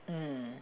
mm